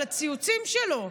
על הציוצים שלו.